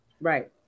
Right